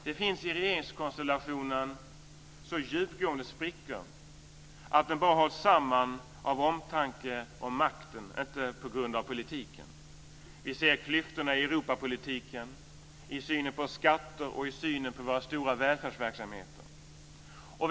Det finns i regeringskonstellationen så djupgående sprickor att den bara hålls samman av omtanke om makten, inte på grund av politiken. Vi ser klyftorna av Europapolitiken i synen på skatter och i synen på våra stora välfärdsverksamheter.